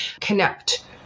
connect